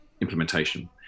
implementation